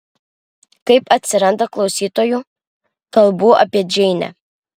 kai atsiranda klausytojų kalbu apie džeinę